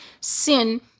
sin